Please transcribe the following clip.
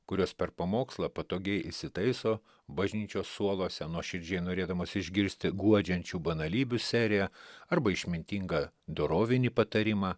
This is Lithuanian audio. kurios per pamokslą patogiai įsitaiso bažnyčios suoluose nuoširdžiai norėdamos išgirsti guodžiančių banalybių seriją arba išmintingą dorovinį patarimą